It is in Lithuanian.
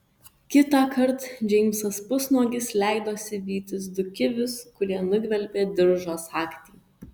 kitąkart džeimsas pusnuogis leidosi vytis du kivius kurie nugvelbė diržo sagtį